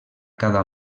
cada